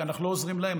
כי אנחנו לא עוזרים להם,